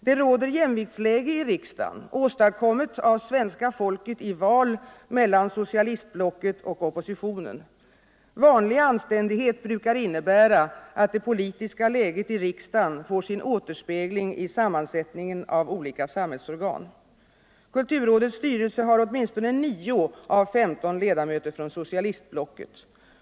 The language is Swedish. Det råder jämviktsläge i riksdagen — åstadkommet av svenska folket i val — mellan socialistblocket och oppositionen. Vanlig anständighet brukar innebära att det politiska läget i riksdagen får sin återspegling i sammansättningen av olika samhällsorgan. Kulturrådets styrelse har åtminstone 9 av 15 ledamöter från socialistblocket.